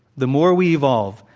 the more we evolve,